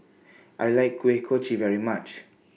I like Kuih Kochi very much